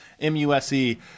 M-U-S-E